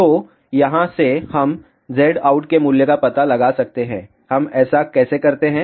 तो यहां से हम Zout के मूल्य का पता लगा सकते हैं हम ऐसा कैसे करते हैं